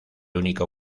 único